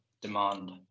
demand